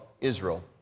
Israel